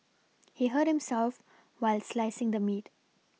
he hurt himself while slicing the meat